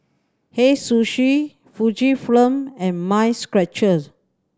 Hei Sushi Fujifilm and Mind Stretchers